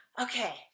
Okay